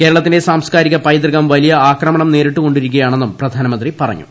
കേരളത്തിന്റെ സാംസ്കാരിക പൈതൃകം വലിയ ആക്രമണം നേരിട്ടുകൊണ്ടിരിക്കുകയാണെന്നും പ്രധാനമന്ത്രി പറഞ്ഞു